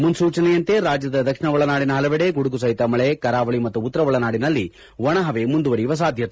ಮುನ್ಲೂಚನೆಯಂತೆ ರಾಜ್ಯದ ದಕ್ಷಿಣ ಒಳನಾಡಿನ ಹಲವೆಡೆ ಗುಡುಗುಸಹಿತ ಮಳೆ ಕರಾವಳಿ ಮತ್ತು ಉತ್ತರ ಒಳನಾಡಿನಲ್ಲಿ ಒಣಹವೆ ಮುಂದುವರಿಯುವ ಸಾಧ್ಯತೆ